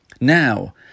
Now